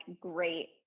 great